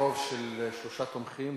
ברוב של שלושה תומכים,